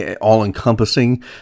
all-encompassing